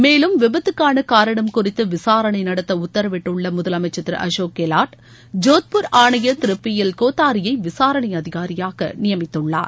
மேலும் விபத்துக்கான காரணம் குறித்து விசாரணை நடத்த உத்தரவிட்டுள்ள முதலனமச்சர் திரு அசோக் கெலாட் ஜோத்பூர் ஆணையர் திரு பி எல் கோத்தாரியை விசாரணை அதிகாரியாக நியமித்துள்ளார்